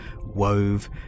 wove